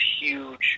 huge